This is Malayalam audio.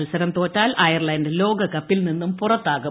മത്സരം തോറ്റാൽ അയർലന്റ് ലോകകപ്പിൽ നിന്ന് പുറത്താകും